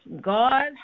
God